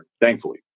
thankfully